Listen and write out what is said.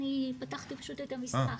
אני פתחתי את המסמך.